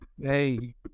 Hey